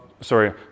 sorry